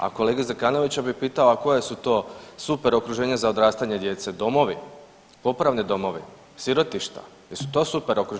A kolegu Zekanovića bi pitao a koje su to super okruženje za odrastanje djece, domovi, popravni domovi, sirotišta, jesu to super